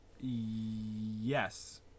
Yes